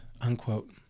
unquote